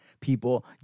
people